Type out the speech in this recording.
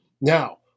Now